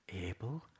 able